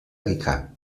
rica